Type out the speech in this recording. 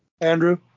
Andrew